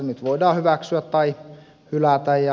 nyt voidaan hyväksyä tai hylätä